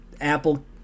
apple